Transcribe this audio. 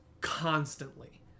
constantly